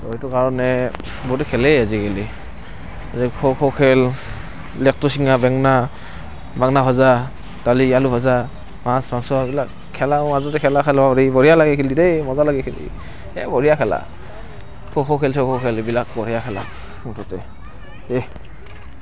তো সেইটো কাৰণে গোটেই খেলেই আজিকালি খ' খ' খেল লেটকু চিঙা বেঙেনা বাঙনা ভাজা দালি আলু ভাজা মাছ মাংস এইবিলাক খেলা মাজতে খেলা খেলত বঢ়িয়া লাগে খেলি দেই মজা লাগে খেলি এ বঢ়িয়া খেলা খ' খ' খেল চ'খ' খেল বঢ়িয়া খেলা মুঠতে দে